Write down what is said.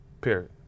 period